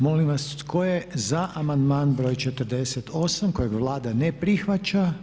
Molim vas tko je za amandman br. 48. kojeg Vlada ne prihvaća?